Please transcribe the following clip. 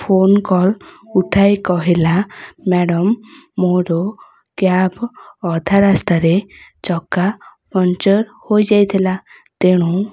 phone call ଉଠାଇ କହିଲା madam ମୋର କ୍ୟାବ୍ ଅଧା ରାସ୍ତାରେ ଚକା ପଙ୍କଚର୍ ହୋଇଯାଇଥିଲା ତେଣୁ